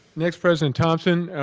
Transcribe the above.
next, president thomson,